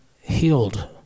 healed